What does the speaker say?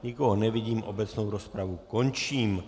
Nikoho nevidím, obecnou rozpravu končím.